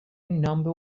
number